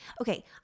okay